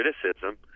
criticism